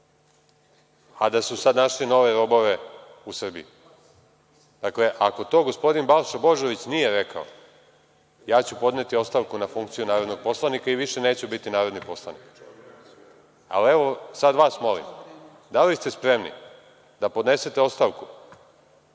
a da su sada našli nove robove u Srbiji. Dakle, ako to gospodin Balša Božović nije rekao, ja ću podneti ostavku na funkciju narodnog poslanika i više neću biti narodni poslanik. Evo, sada vas molim, da li ste spremni da podnesete ostavku